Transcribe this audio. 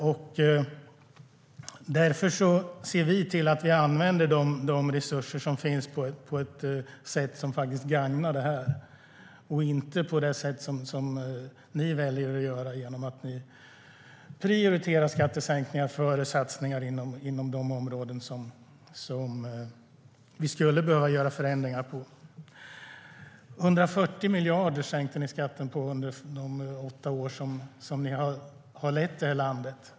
Ni sänkte skatten med 140 miljarder under de åtta år ni ledde landet.